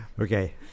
okay